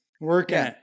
working